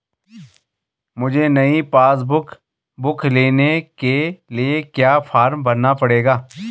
मुझे नयी passbook book लेने के लिए क्या फार्म भरना पड़ेगा?